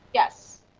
yes,